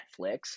Netflix